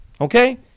Okay